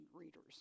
readers